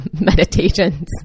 meditations